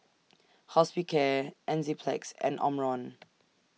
Hospicare Enzyplex and Omron